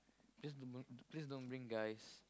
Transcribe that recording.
just don't please don't bring guys